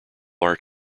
art